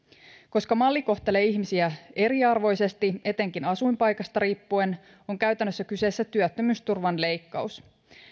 koska malli kohtelee ihmisiä eriarvoisesti etenkin asuinpaikasta riippuen on käytännössä kyseessä työttömyysturvan leikkaus